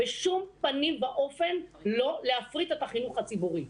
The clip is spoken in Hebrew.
בשום פנים ואופן לא להפריט את החינוך הציבורי.